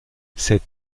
ces